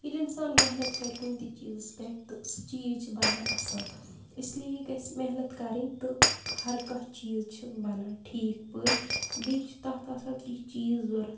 ییٚلہِ اِنسان محنت کَرِ کُنہِ تہِ چیٖزَس پٮ۪ٹھ تہٕ سُہ چیٖز چھِ بَنان اصٕل اِس لیے گژھہِ محنت کَرٕنۍ تہٕ ہَر کانٛہہ چیٖز چھِ بَنان ٹھیٖک پٲٹھۍ بیٚیہِ چھِ تَتھ آسان کیٚنٛہہ چیٖز ضروٗرت